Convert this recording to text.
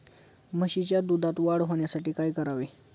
म्हशीच्या दुधात वाढ होण्यासाठी काय करावे?